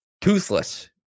toothless